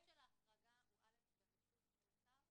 הסעיף של ההחרגה הוא אל"ף, ברשות של השר,